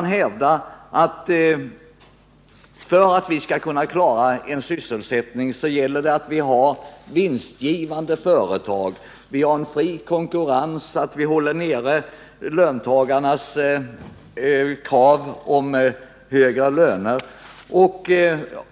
De hävdade att det för att vi skall kunna klara sysselsättningen gäller att vi har vinstgivande företag, fri konkurrens, så att vi kan hålla nere löntagarnas krav på högre löner och,